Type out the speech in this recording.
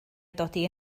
dodi